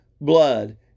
blood